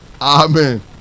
Amen